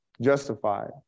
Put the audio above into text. Justified